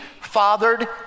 fathered